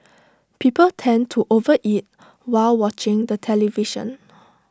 people tend to overeat while watching the television